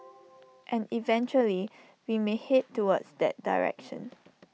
and eventually we may Head towards that direction